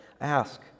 ask